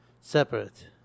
separate